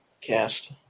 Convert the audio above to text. cast